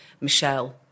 Michelle